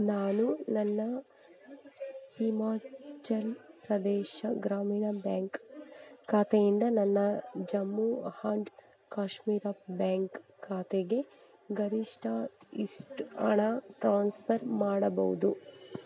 ನಾನು ನನ್ನ ಹಿಮಾಚಲ್ ಪ್ರದೇಶ ಗ್ರಾಮೀಣ ಬ್ಯಾಂಕ್ ಖಾತೆಯಿಂದ ನನ್ನ ಜಮ್ಮು ಆ್ಯಂಡ್ ಕಾಶ್ಮೀರ ಬ್ಯಾಂಕ್ ಖಾತೆಗೆ ಗರಿಷ್ಠ ಎಷ್ಟು ಹಣ ಟ್ರಾನ್ಸ್ಪರ್ ಮಾಡಬಹುದು